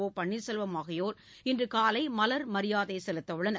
ஒபன்னீர்செல்வம் ஆகியோர் இன்று காலை மலர் மரியாதை செலுத்தவுள்ளனர்